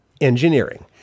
engineering